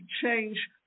change